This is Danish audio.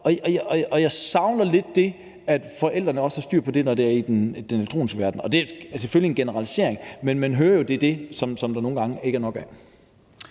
Og jeg savner lidt, at forældrene også har styr på det, når det er i den elektroniske verden. Det er selvfølgelig en generalisering, men man hører jo, at det er det, der nogle gange ikke er nok af.